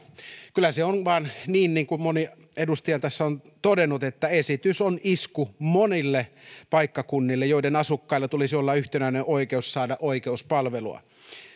kyllä se vain on niin niin kuin moni edustaja tässä on todennut että esitys on isku monille paikkakunnille joiden asukkailla tulisi olla yhtenäinen oikeus saada oikeuspalvelua